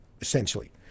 essentially